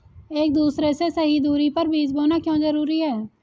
एक दूसरे से सही दूरी पर बीज बोना क्यों जरूरी है?